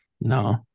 No